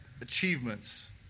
achievements